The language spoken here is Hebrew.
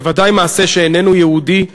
בוודאי מעשה שאיננו יהודי,